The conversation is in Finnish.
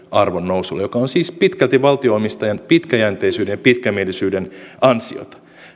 arvon nousulla mikä on siis pitkälti valtio omistajan pitkäjänteisyyden ja pitkämielisyyden ansiota